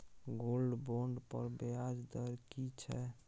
Gold bond पर ब्याज दर की छै?